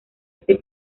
ese